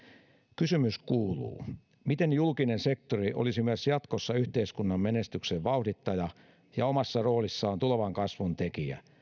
kysymys kuuluu miten julkinen sektori olisi myös jatkossa yhteiskunnan menestyksen vauhdittaja ja omassa roolissaan tulevan kasvun tekijä